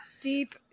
Deep